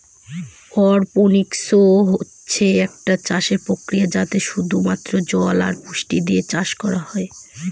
অরপনিক্স হচ্ছে একটা চাষের প্রক্রিয়া যাতে শুধু মাত্র জল আর পুষ্টি দিয়ে চাষ করা হয়